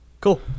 Cool